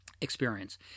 experience